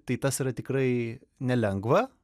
tai tas yra tikrai nelengva